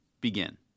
begin